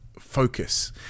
focus